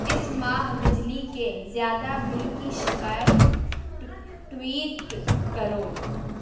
اس ماہ بجلی کے زیادہ بل کی شکایت ٹویٹ کرو